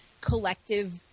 collective